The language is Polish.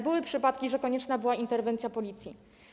Były przypadki, że konieczna była interwencja Policji.